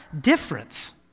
difference